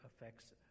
affects